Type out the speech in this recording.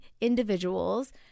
individuals